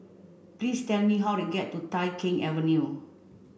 please tell me how to get to Tai Keng Avenue